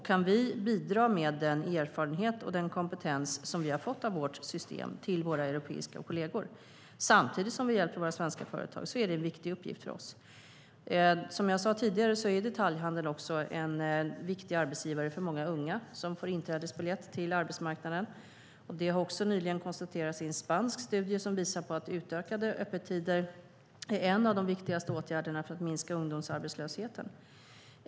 Kan vi bidra med den erfarenhet och den kompetens som vi har fått av vårt system till våra europeiska kolleger samtidigt som vi hjälper våra svenska företag är det en viktig uppgift för oss. Som jag sade tidigare är detaljhandeln en viktig arbetsgivare för många unga som får en inträdesbiljett till arbetsmarknaden. Det har också nyligen konstaterats i en spansk studie att utökade öppettider är en av de viktigaste åtgärderna för att minska ungdomsarbetslösheten.